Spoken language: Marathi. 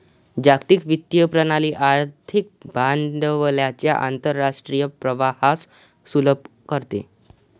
जागतिक वित्तीय प्रणाली आर्थिक भांडवलाच्या आंतरराष्ट्रीय प्रवाहास सुलभ करते